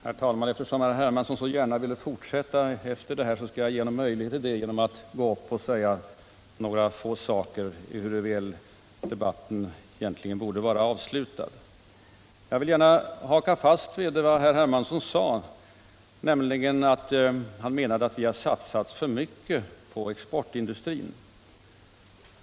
Herr talman! Eftersom herr Hermansson så gärna ville fortsätta debatten, skall jag ge honom möjlighet härtill genom att gå upp och säga ytterligare några få saker, ehuru debatten egentligen borde vara avslutad. Jag vill haka fast vid vad herr Hermansson sade om att vi hade satsat för mycket på exportindustrin.